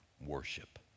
worship